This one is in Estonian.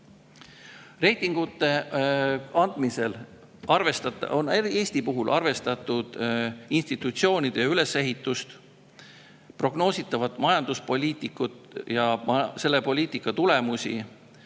Reitingute andmisel on Eesti puhul arvestatud institutsioonide ülesehitust, prognoositavat majanduspoliitikat ja selle poliitika tulemusi,